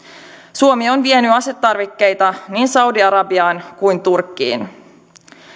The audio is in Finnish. suomi on vienyt asetarvikkeita niin saudi arabiaan kuin turkkiin